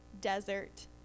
desert